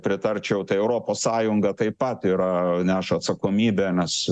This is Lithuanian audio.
pritarčiau tai europos sąjunga taip pat yra neša atsakomybę nes